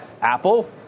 Apple